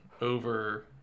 over